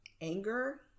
anger